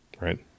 right